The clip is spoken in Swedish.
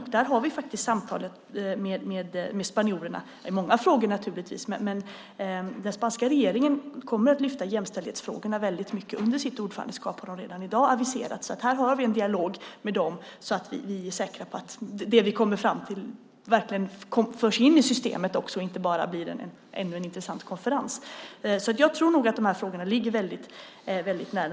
Om detta har vi samtalat med spanjorerna, vilket vi naturligtvis gjort i många frågor. Den spanska regeringen kommer under sitt ordförandeskap att väldigt mycket lyfta fram jämställdhetsfrågorna. Detta har de redan aviserat. Här har vi alltså en dialog med dem, så att vi kan vara säkra på att det vi kommer fram till verkligen förs in i systemet och inte blir bara ännu en intressant konferens. Jag tror att de här frågorna ligger väldigt nära.